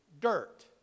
dirt